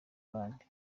abandi